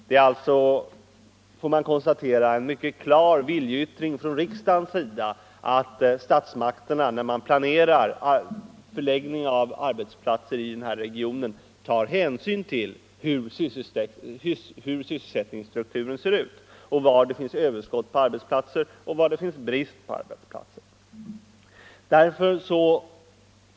Jag noterar detta som en mycket klar viljeyttring från riksdagen innebärande att statsmakterna när de planerar förläggningen av arbetsplatser i Stockholmsregionen skall ta hänsyn till sysselsättningsstrukturen, dvs. till var det finns överskott på arbetsplatser och var det finns brist på arbetsplatser.